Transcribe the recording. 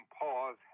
pause